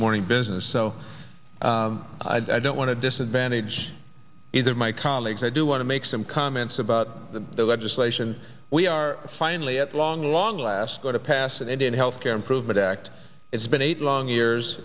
morning business so i don't want to disadvantage is that my colleagues i do want to make some comments about the legislation we are finally at long long last go to pass an indian health care improvement act it's been eight long years